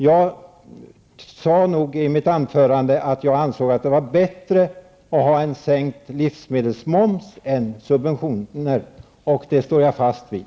Jag sade nog i mitt anförande att jag ansåg att det var bättre att ha en sänkt livsmedelsmoms än att ha subventioner, och det står jag fast vid.